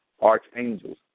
archangels